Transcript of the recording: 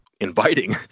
inviting